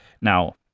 Now